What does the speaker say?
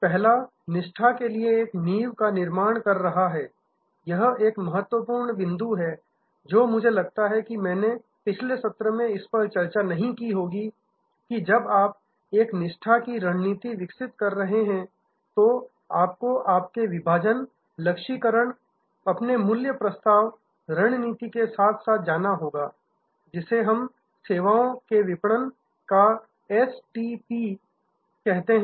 पहला निष्ठा के लिए एक नींव का निर्माण कर रहा है यह एक महत्वपूर्ण बिंदु है जो मुझे लगता है कि मैंने पिछले सत्र में इस पर चर्चा नहीं की होगी कि जब आप एक निष्ठा की रणनीति विकसित कर रहे हैं तो आपको अपने विभाजन लक्ष्यीकरण और अपने मूल्य प्रस्ताव रणनीति के साथ साथ जाना होगा जिसे हम सेवाओं के विपणन का STP STPSegmentation Targeting and Proposition of value कहते हैं